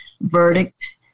verdict